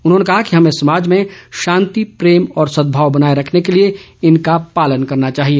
उन्होंने कहा कि हमे समाज में शांति प्रेम और सदभाव बनाए रखने के लिए इनका पालन करना चाहिए